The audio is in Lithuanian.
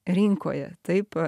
rinkoje taip